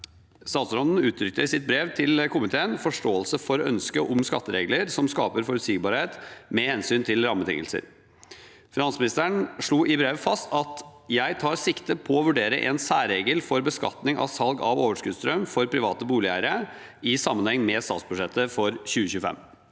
Statsråden uttrykte i sitt brev til komiteen forståelse for ønsket om skatteregler som skaper forutsigbarhet med hensyn til rammebetingelser. Finansministeren slo i brevet fast følgende: «Jeg tar sikte på å vurdere en særregel for beskatning av salg av overskuddsstrøm for private boligeiere i sammenheng med statsbudsjettet for 2025.»